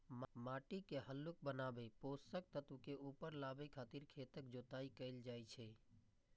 माटि के हल्लुक बनाबै, पोषक तत्व के ऊपर लाबै खातिर खेतक जोताइ कैल जाइ छै